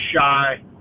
shy